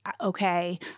okay